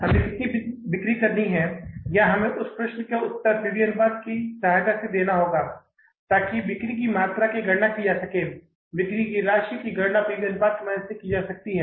हमें कितनी बिक्री करनी है या हमें उस प्रश्न का उत्तर P V अनुपात की सहायता से देना होगा ताकि बिक्री की मात्रा की गणना की जा सके बिक्री की राशि की गणना पी वी अनुपात की मदद से की जा सकती है